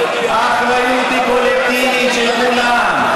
האחריות היא קולקטיבית, של כולם.